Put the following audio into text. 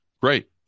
great